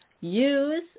use